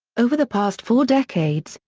over the past four decades,